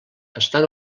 estan